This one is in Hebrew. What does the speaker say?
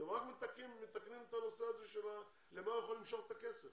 אתם רק מתקנים את הנושא הזה של למה הוא יכול למשוך את הכסף.